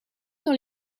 dans